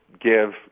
give